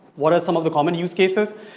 what are some of the common use cases?